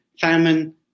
famine